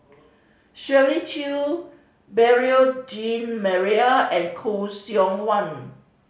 Shirley Chew Beurel Jean Marie and Khoo Seok Wan